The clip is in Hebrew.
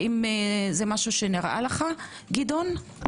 האם זה נראה לך, גדעון?